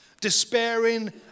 despairing